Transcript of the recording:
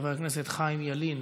חבר הכנסת חיים ילין,